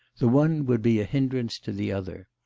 the one would be a hindrance to the other.